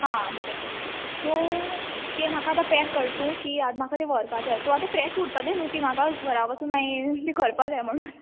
आं बरें सो तें आतां म्हाका पेक कर तूं कित्याक तें आतां म्हाका व्हरपाक जाय सो आतां फ्रेश उरतलें न्हू ती म्हाका घरा वचून करपा बी जाय म्हणून